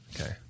Okay